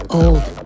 old